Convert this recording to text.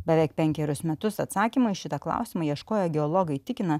beveik penkerius metus atsakymo į šitą klausimą ieškoję geologai tikina